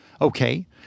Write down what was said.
Okay